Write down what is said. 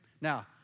Now